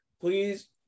please